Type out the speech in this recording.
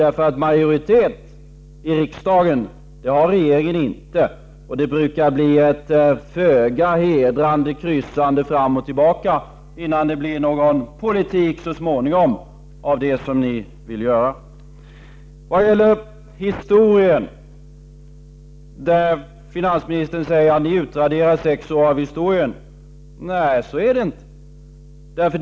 Regeringen har inte majoritet i riksdagen. Det brukar bli ett föga hedrande kryssande fram och tillbaka, innan det så småningom blir politik av det som ni vill göra. Vad gäller historien säger finansministern: Ni har utraderat sex år av historien. Nej, så är det inte.